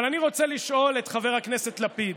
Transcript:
אבל אני רוצה לשאול את חבר הכנסת לפיד,